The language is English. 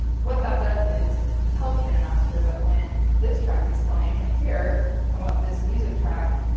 what that does is tell kinemaster that when this track is playing up here i want this music track,